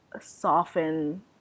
soften